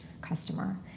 customer